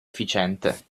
efficiente